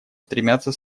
стремятся